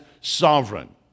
sovereign